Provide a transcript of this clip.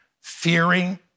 fearing